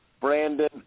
Brandon